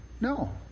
No